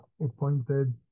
appointed